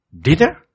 Dinner